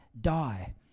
die